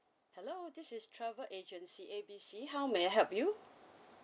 hello this is travel agency A B C how may I help you